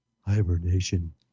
hibernation